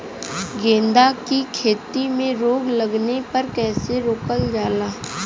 गेंदा की खेती में रोग लगने पर कैसे रोकल जाला?